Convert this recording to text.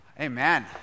amen